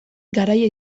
garaia